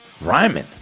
rhyming